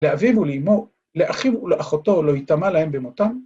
‫לאביו ולאמו, לאחיו ולאחותו ‫לא יטמא להם במותם?